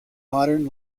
modern